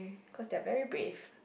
cause they are very brave